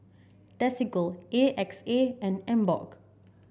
Desigual A X A and Emborg